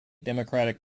democratic